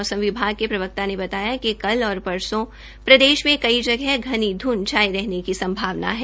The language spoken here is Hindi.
मौसम विभाग के प्रवक्ता ने बताया है कि कल और प्रसों प्रदेश में कई जगह घनी ध्ंध छाये रहने की संभावना है